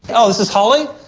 and oh, this is holly.